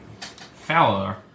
Fowler